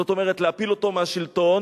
זאת אומרת להפיל אותו מהשלטון,